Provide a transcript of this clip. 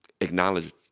Acknowledge